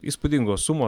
įspūdingos sumo